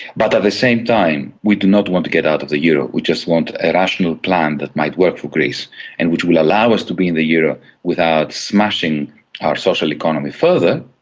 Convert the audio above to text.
but at the same time, we do not want to get out of the euro we just want a rational plan that might work for greece and which will allow us to be in the euro without smashing our social economy further.